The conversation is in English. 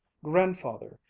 grandfather,